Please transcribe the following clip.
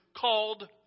called